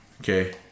Okay